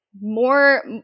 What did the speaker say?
more